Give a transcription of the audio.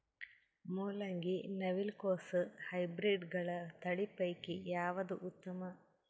ಮೊಲಂಗಿ, ನವಿಲು ಕೊಸ ಹೈಬ್ರಿಡ್ಗಳ ತಳಿ ಪೈಕಿ ಯಾವದು ಉತ್ತಮ?